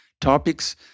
topics